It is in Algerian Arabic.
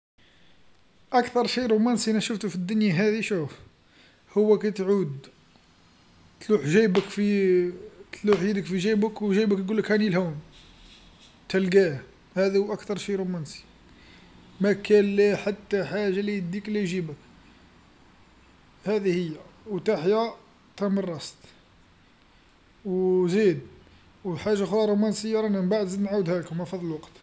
أكثر شي رومانسي أنا شفتو في الدنيا هاذي شوف، هو كي تعود تلوح جيبك في تلوح يدك في جيبك وجيبك يقول لك هاني الهوا تلقاه، هاذو أكثر شي رومانسي، ما كان لا حتى حاجة لا يديك لا يجيبك، هاذي هي وتحيا تمنراسنت وزيد وحاجه اخرى رومانسيه رانا من بعد نزيد نعاودهالكم راه فض الوقت.